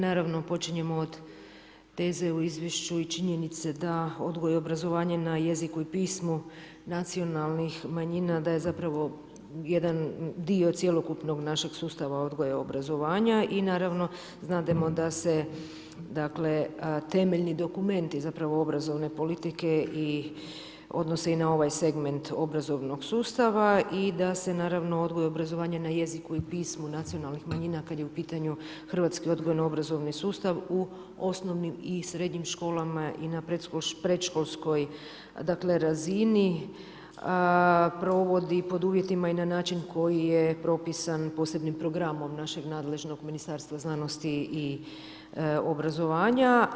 Naravno, počinjemo od teze u izvješću i činjenice da odgoj i obrazovanje na jeziku i pismu nacionalnih manjina da je zapravo jedan dio cjelokupnog našeg sustava odgoja i obrazovanja i naravno znademo da se temeljni dokumenti obrazovne politike odnose i na ovaj segment obrazovnog sustava i da se naravno odgoj i obrazovanje na jeziku i pismu nacionalnih manjina kad je u pitanju hrvatski odgojno-obrazovni sustav u osnovnim i srednjim školama i na predškolskoj razini provodi pod uvjetima i na način koji je propisan posebnim programom našeg nadležnog Ministarstva znanosti i obrazovanja.